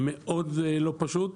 מאוד לא פשוט,